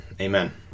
Amen